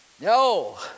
No